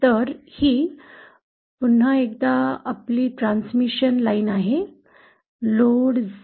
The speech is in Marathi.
तर ही पुन्हा एकदा आपली ट्रांसमिशन लाइन आहे लोड ZL